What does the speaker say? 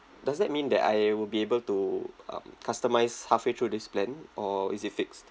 does that mean that I will be able to um customise halfway through this plan or is it fixed